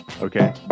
okay